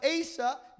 Asa